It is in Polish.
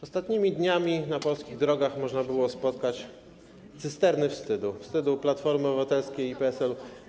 Ostatnimi dniami na polskich drogach można było spotkać cysterny wstydu, wstydu Platformy Obywatelskiej i PSL-u.